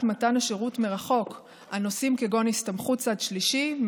מתן השירות מרחוק על נושאים כגון הסתמכות צד שלישי,